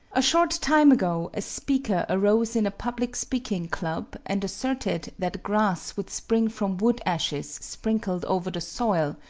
a short time ago a speaker arose in a public-speaking club and asserted that grass would spring from wood-ashes sprinkled over the soil,